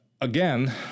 again